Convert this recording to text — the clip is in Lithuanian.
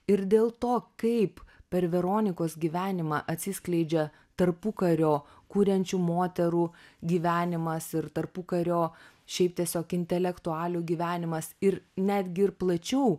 ir dėl to kaip per veronikos gyvenimą atsiskleidžia tarpukario kuriančių moterų gyvenimas ir tarpukario šiaip tiesiog intelektualių gyvenimas ir netgi ir plačiau